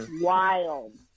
wild